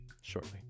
shortly